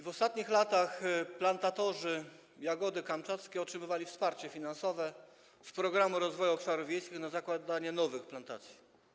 W ostatnich latach plantatorzy jagody kamczackiej otrzymywali wsparcie finansowe z Programu Rozwoju Obszarów Wiejskich na zakładanie nowych plantacji.